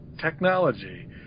technology